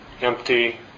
empty